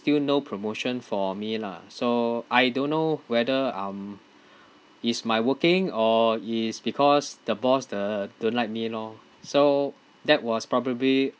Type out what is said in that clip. still no promotion for me lah so I don't know whether I'm it's my working or it's because the boss the don't like me lor so that was probably